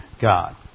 God